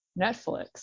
Netflix